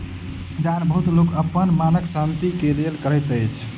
दान बहुत लोक अपन मनक शान्ति के लेल करैत अछि